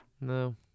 No